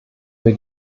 wir